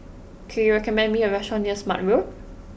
can you recommend me a restaurant near Smart Road